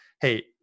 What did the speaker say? Hey